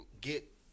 get